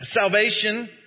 Salvation